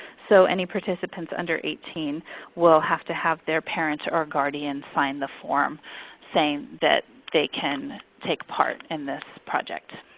so any participants under eighteen will have to have their parents or guardian sign the form saying that they can take part in this project.